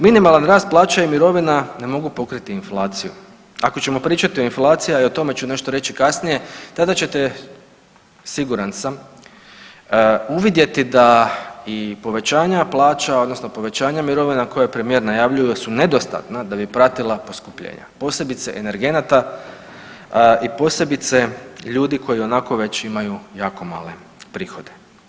Minimalan rast plaća i mirovina ne mogu pokriti inflaciju, ako ćemo pričati o inflaciji i o tome ću nešto reći kasnije, tada ćete siguran sam uvidjeti da i povećanja plaća odnosno povećanja mirovina koje premijer najavljuju su nedostatna da bi pratila poskupljenja, posebice energenata i posebice ljudi koji i onako već imaju jako male prihode.